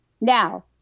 Now